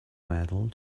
metal